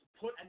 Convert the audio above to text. put